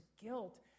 guilt